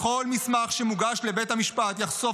בכל מסמך שמוגש לבית המשפט יחשוף